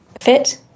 fit